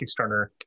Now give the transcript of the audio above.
Kickstarter